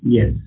Yes